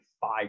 five